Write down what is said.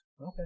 okay